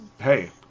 hey